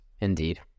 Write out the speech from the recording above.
Indeed